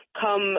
come